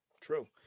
True